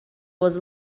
was